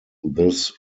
this